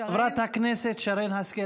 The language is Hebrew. חברת הכנסת שרן השכל,